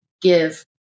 give